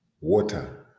Water